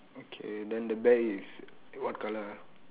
okay then the bear is what colour ah